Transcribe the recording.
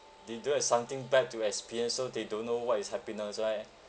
they don't have something bad to experience so they don't know what is happiness right